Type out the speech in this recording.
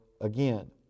again